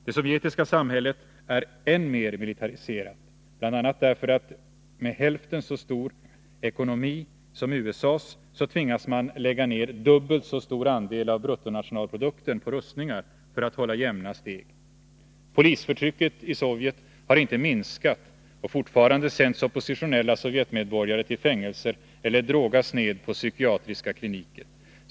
Det sovjetiska samhället är än mer militariserat, bl.a. därför att man med hälften så stor ekonomi som USA:s tvingas lägga ned dubbelt så stor andel av bruttonatio nalprodukten på rustningar för att hålla jämna steg. Polisförtrycket i Sovjet har inte minskat, och fortfarande sänds oppositionella Sovjetmedborgare till fängelser eller drogas ned på psykiatriska kliniker.